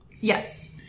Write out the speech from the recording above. Yes